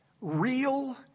Real